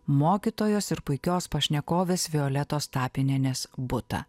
mokytojos ir puikios pašnekovės violetos tapinienės butą